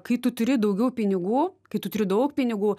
kai tu turi daugiau pinigų kai turi daug pinigų